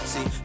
See